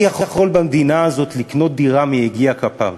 מי יכול במדינה הזאת לקנות דירה מיגיע כפיו?